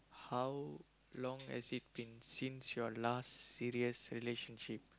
how long has it been since your last serious relationship